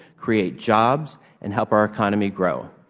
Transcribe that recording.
create jobs and help our economy grow.